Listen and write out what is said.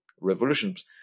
revolutions